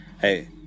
Hey